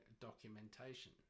documentation